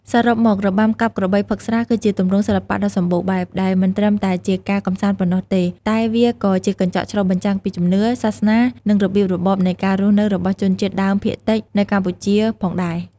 សរុបមក របាំកាប់ក្របីផឹកស្រា គឺជាទម្រង់សិល្បៈដ៏សម្បូរបែប ដែលមិនត្រឹមតែជាការកម្សាន្តប៉ុណ្ណោះទេ តែវាក៏ជាកញ្ចក់ឆ្លុះបញ្ចាំងពីជំនឿ សាសនា និងរបៀបរបបនៃការរស់នៅរបស់ជនជាតិដើមភាគតិចនៅកម្ពុជាផងដែរ។